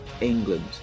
England